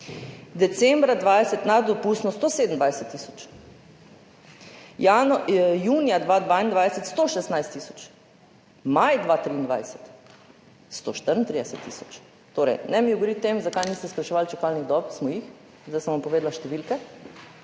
Decembra 2020 nad dopustno 127 tisoč, junija 2022 116 tisoč, maja 2013 134 tisoč. Torej, ne mi govoriti o tem, zakaj niste skrajševali čakalnih dob, smo jih, zdaj sem vam povedala številke.